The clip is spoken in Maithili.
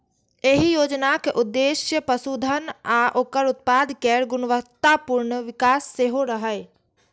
एहि योजनाक उद्देश्य पशुधन आ ओकर उत्पाद केर गुणवत्तापूर्ण विकास सेहो रहै